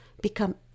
become